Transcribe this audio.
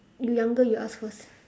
you younger you ask first